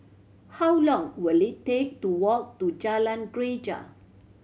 how long will it take to walk to Jalan Greja